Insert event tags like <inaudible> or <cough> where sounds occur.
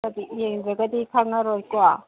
<unintelligible> ꯌꯦꯡꯗ꯭ꯔꯒꯗꯤ ꯈꯪꯂꯔꯣꯏꯀꯣ